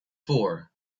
four